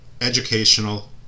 educational